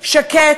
שקט,